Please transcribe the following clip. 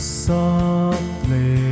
softly